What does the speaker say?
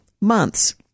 months